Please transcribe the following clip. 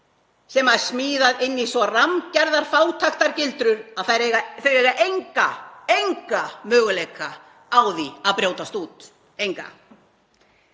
sem er smíðað inn í svo rammgerða fátæktargildru að það á enga möguleika á því að brjótast út, enga.